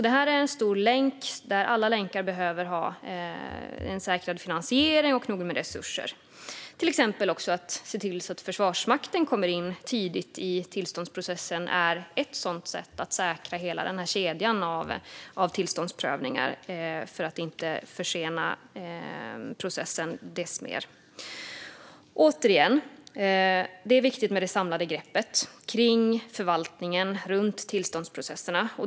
Det är en stor länk där alla länkar behöver ha en säkrad finansiering och nog med resurser. Att till exempel se till att Försvarsmakten kommer in tidigt i tillståndsprocessen är ett sätt att säkra hela kedjan av tillståndsprövningar för att inte försena processen ännu mer. Återigen: Det är viktigt med det samlade greppet kring förvaltningen runt tillståndsprocesserna.